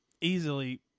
easily